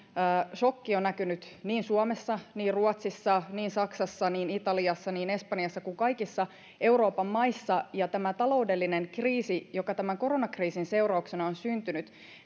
sokki on näkynyt niin suomessa niin ruotsissa niin saksassa niin italiassa niin espanjassa kuin kaikissa euroopan maissa ja tämä taloudellinen kriisi joka koronakriisin seurauksena on syntynyt